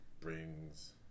brings